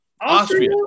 Austria